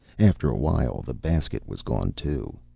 after a while, the basket was gone, too.